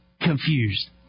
confused